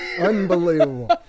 unbelievable